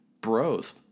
bros